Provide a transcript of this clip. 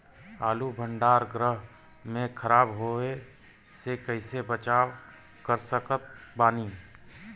आलू भंडार गृह में खराब होवे से कइसे बचाव कर सकत बानी?